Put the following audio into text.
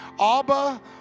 Abba